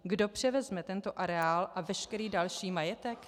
Kdo převezme tento areál a veškerý další majetek?